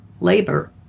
labor